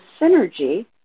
synergy